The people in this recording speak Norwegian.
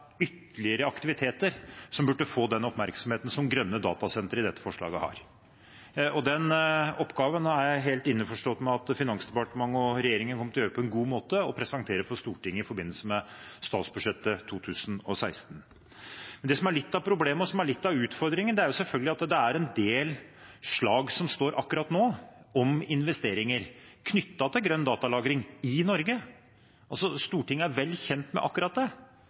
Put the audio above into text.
ytterligere aktiviteter som burde få den oppmerksomheten som grønne datasentre i dette forslaget har. Den oppgaven er jeg helt innforstått med at Finansdepartementet og regjeringen kommer til å gjøre på en god måte og presentere for Stortinget i forbindelse med statsbudsjettet for 2016. Det som er litt av problemet og litt av utfordringen, er selvfølgelig at det er en del slag som står akkurat nå om investeringer knyttet til grønn datalagring i Norge. Stortinget er vel kjent med akkurat det.